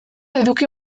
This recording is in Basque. eduki